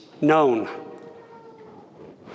known